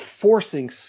forcing